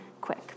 quick